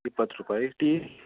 ಇಪ್ಪತ್ತು ರೂಪಾಯಿ ಟೀ